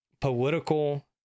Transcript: political